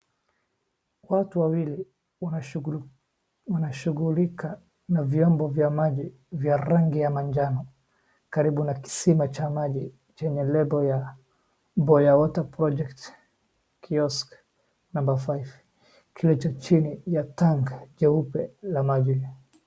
Watu wawili wanashughul wanashughulika na vyombo vya maji vya rangi ya manjano karibu na kisima cha maji chenye label ya Boya Water Project kiosk number five kilicho chini ya tank jeupe la maji.